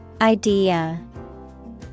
Idea